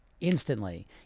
instantly